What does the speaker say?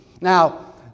now